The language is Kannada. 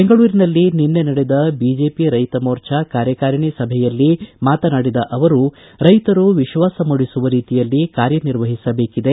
ಬೆಂಗಳೂರಿನಲ್ಲಿ ನಿನ್ನೆ ನಡೆದ ಬಿಜೆಪಿ ರೈತ ಮೋರ್ಚಾ ಕಾರ್ಯಕಾರಿಣಿ ಸಭೆ ಯಲ್ಲಿ ಮಾತನಾಡಿದ ಅವರು ರೈತರು ವಿಶ್ವಾಸ ಮೂಡಿಸುವ ರೀತಿಯಲ್ಲಿ ಕಾರ್ಯನಿರ್ವಹಿಸಬೇಕಿದೆ